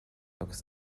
agus